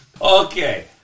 Okay